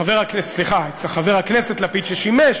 חבר הכנסת, סליחה, את חבר הכנסת לפיד, ששימש